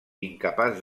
incapaç